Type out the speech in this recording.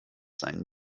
seinen